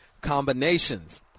combinations